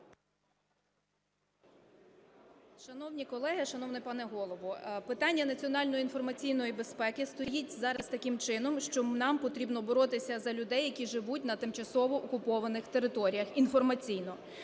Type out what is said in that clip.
Шановні колеги, шановний пане Голово, питання національної інформаційної безпеки стоїть зараз таким чином, що нам потрібно боротися за людей, які живуть на тимчасово окупованих територіях, інформаційно.